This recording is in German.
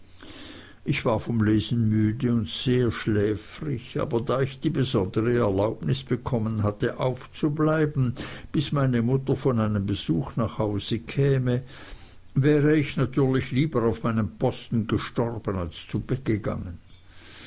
ich war vom lesen müde und sehr schläfrig aber da ich die besondere erlaubnis bekommen hatte aufzubleiben bis meine mutter von einem besuch nach hause käme wäre ich natürlich lieber auf meinem posten gestorben als zu bett gegangen